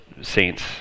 saints